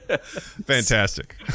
Fantastic